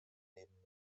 nehmen